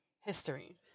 history